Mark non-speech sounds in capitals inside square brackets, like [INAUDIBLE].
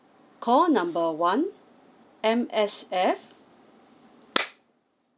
call number one M_S_F [NOISE]